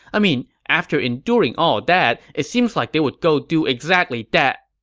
i mean, after enduring all that, it seems like they would go do exactly that,